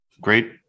great